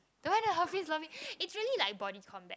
the one at the office lobby it's really like body combat